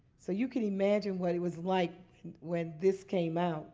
so you can imagine what it was like when this came out